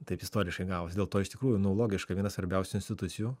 taip istoriškai gavos dėl to iš tikrųjų nu logiška viena svarbiausių institucijų